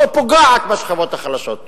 או פוגעת בשכבות החלשות.